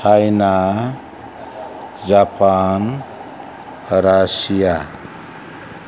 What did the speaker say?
China Japan Russia